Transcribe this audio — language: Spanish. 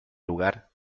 lugar